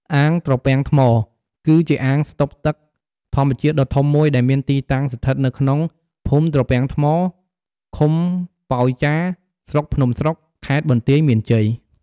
អាងត្រពាំងថ្ម គឺជាអាងស្តុកទឹកធម្មជាតិដ៏ធំមួយដែលមានទីតាំងស្ថិតនៅក្នុង ភូមិត្រពាំងថ្ម ឃុំប៉ោយចារ ស្រុកភ្នំស្រុក ខេត្តបន្ទាយមានជ័យ។